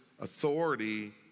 authority